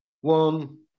one